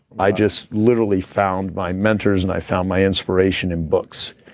i just literally found my mentors and i found my inspiration in books.